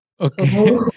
Okay